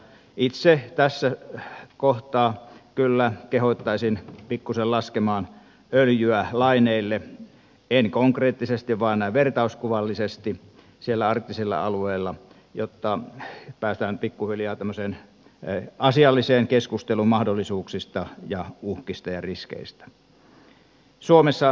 itse tässä kohtaa kyllä kehottaisin pikkusen laskemaan öljyä laineille en konkreettisesti vaan näin vertauskuvallisesti siellä arktisella alueella jotta päästään pikkuhiljaa tämmöiseen asialliseen keskusteluun mahdollisuuksista ja uhkista ja riskeistä